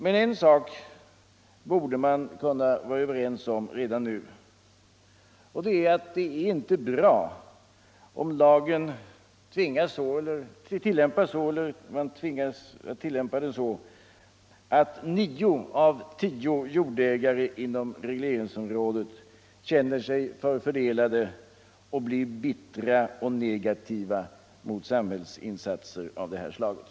Men en sak borde vi kunna vara överens om redan nu, och det är att det inte är bra om man tvingas tillämpa lagen så att nio av tio jordägare inom regleringsområdet känner sig förfördelade och blir bittra och negativa mot samhällsinsatser av det här slaget.